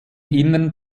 inneren